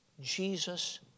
Jesus